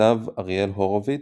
שכתב אריאל הורוביץ,